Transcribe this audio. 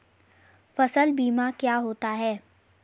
फसल बीमा क्या होता है?